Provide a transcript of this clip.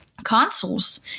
consoles